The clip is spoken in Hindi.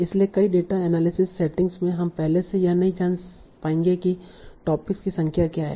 इसलिए कई डेटा एनालिसिस सेटिंग्स में हम पहले से यह नहीं जान पाएंगे कि टॉपिक्स की संख्या क्या है